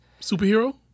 Superhero